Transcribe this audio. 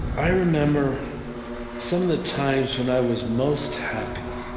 i remember some of the times when i was most happy,